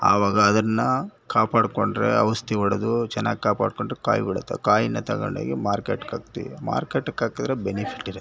ಆವಾಗ ಅದನ್ನು ಕಾಪಾಡ್ಕೊಂಡ್ರೆ ಔಷ್ಧಿ ಹೊಡ್ದು ಚೆನ್ನಾಗಿ ಕಾಪಾಡ್ಕೊಂಡ್ರೆ ಕಾಯಿ ಬಿಡುತ್ತೆ ಕಾಯಿನ ತಗೊಂಡೋಗಿ ಮಾರ್ಕೆಟ್ಗೆ ಹಾಕ್ತೀವಿ ಮಾರ್ಕೆಟ್ಗ್ ಹಾಕಿದ್ರೆ ಬೆನಿಫಿಟ್ ಇರುತ್ತೆ